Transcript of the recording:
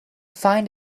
find